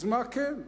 אז מה כן?